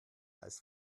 als